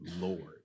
Lord